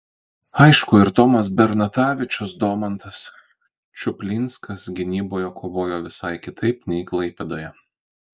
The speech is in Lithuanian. aišku ir tomas bernatavičius domantas čuplinskas gynyboje kovojo visai kitaip nei klaipėdoje